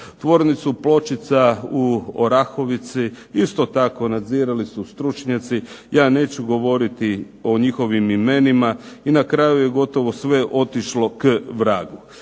Tvornicu pločica u Orahovici isto tako nadzirali su stručnjaci, ja neću govoriti o njihovim imenima i na kraju je gotovo sve otišlo k vragu.